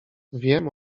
wiem